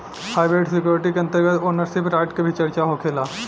hybrid security के अंतर्गत ownership right के भी चर्चा होखेला